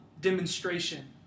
demonstration